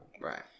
Right